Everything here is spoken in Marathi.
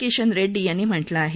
किशन रेङ्डी यांनी म्हटलं आहे